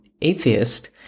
atheist